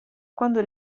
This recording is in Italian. quando